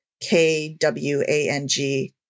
K-W-A-N-G